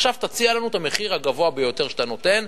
עכשיו תציע לנו את המחיר הגבוה ביותר שאתה נותן.